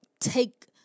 take